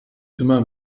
immer